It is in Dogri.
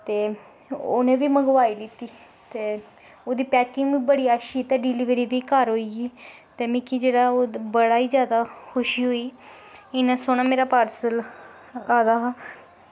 ते उ'नें गी बी मंगवाई दित्ती ते ओह्दी पैकिंग बड़ी अच्छी ते डिलीवरी बी घर होई ते मिगी जेह्ड़ा ओह् बड़ी गै जादा खुशी होई इन्ना सोह्ना मेरा पार्सल आए दा हा